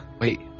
Wait